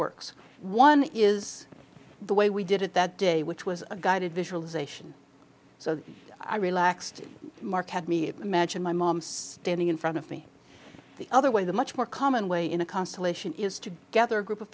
works one is the way we did it that day which was a guided visualization so i relaxed mark had me imagine my mom standing in front of me the other way the much more common way in a constellation is to gather a group of